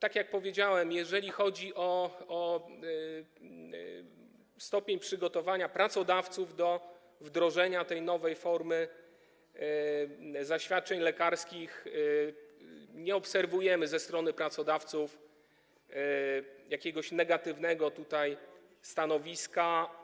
Jak już powiedziałem, jeżeli chodzi o stopień przygotowania pracodawców do wdrożenia tej nowej formy zaświadczeń lekarskich, nie obserwujemy ze strony pracodawców jakiegoś negatywnego stanowiska.